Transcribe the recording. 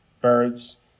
Birds